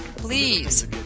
Please